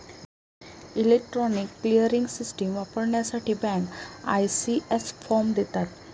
electronic clearing system वापरण्यासाठी bank, ECS form देतात